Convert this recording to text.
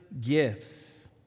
gifts